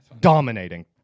dominating